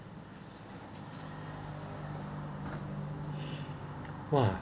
!wah!